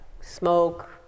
smoke